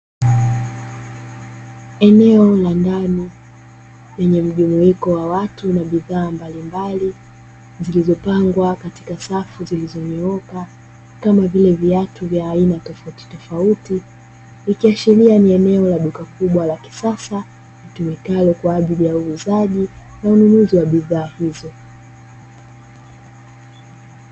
Eneo la ndani lenye mjumuiko wa watu na bidhaa mbalimbali, zilizopangwa katika safu zilizonyooka kama vile viatu vya aina tofautitofauti, ikiashiria ni eneo la duka kubwa la kisasa litumikalo kwa ajili ya uuzaji na ununuzi wa bidhaa hizo.